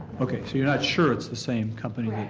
okay, so you're not sure it's the same company.